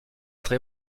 très